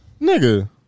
Nigga